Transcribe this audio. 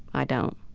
i don't.